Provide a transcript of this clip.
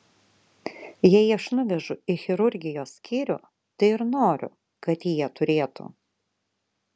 jei aš nuvežu į chirurgijos skyrių tai ir noriu kad jie turėtų